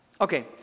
Okay